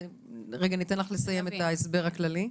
ורגע ניתן לך לסיים את ההסבר הכללי.